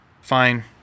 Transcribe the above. Fine